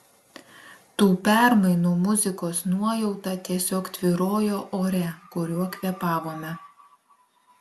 tų permainų muzikos nuojauta tiesiog tvyrojo ore kuriuo kvėpavome